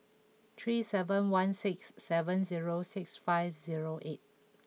three seven one six seven zero six five zero eight